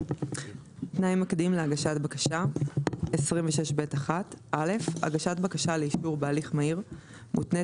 תנאי מקדים להגשת בקשה 26ב1. (א)הגשת בקשה לאישור בהליך מהיר מותנית